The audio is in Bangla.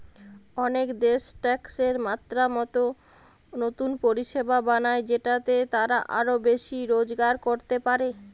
অনেক দেশ ট্যাক্সের মাত্রা মতো নতুন পরিষেবা বানায় যেটাতে তারা আরো বেশি রোজগার করতে পারে